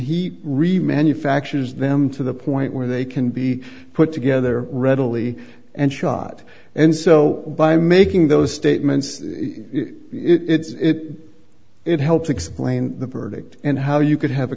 he remanufactured is them to the point where they can be put together readily and shot and so by making those statements it's it helps explain the verdict and how you could have a